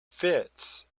fits